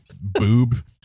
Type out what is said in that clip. boob